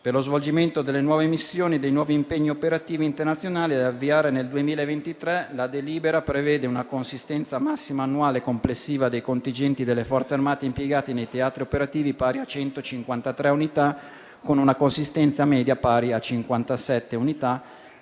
Per lo svolgimento delle nuove missioni e dei nuovi impegni operativi internazionali da avviare nel 2023, la delibera prevede una consistenza massima annuale complessiva dei contingenti delle Forze armate impiegate nei teatri operativi pari a 153 unità, con una consistenza media pari a 57 unità